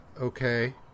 okay